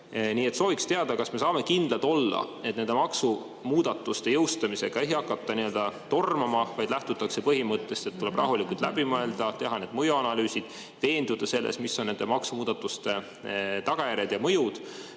Nii et sooviks teada, kas me saame kindlad olla, et nende maksumuudatuste jõustamisega ei hakata nii‑öelda tormama, vaid lähtutakse põhimõttest, et tuleb rahulikult läbi mõelda, teha mõjuanalüüsid, veenduda selles, mis on nende maksumuudatuste tagajärg ja mõju